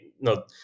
no